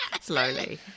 Slowly